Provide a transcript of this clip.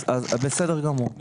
בסדר גמור.